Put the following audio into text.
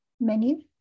menu